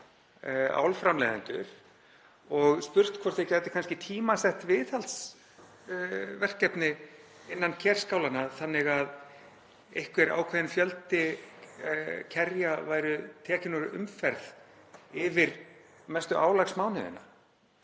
álframleiðendur og spurt hvort þeir gætu kannski tímasett viðhaldsverkefni innan kerskálanna þannig einhver ákveðinn fjöldi kerja væri tekinn úr umferð yfir mestu álagsmánuðina.